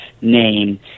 name